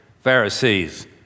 Pharisees